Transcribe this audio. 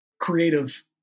creative